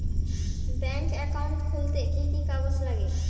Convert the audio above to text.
Bank account খুলতে কি কি কাগজ লাগে?